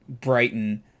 Brighton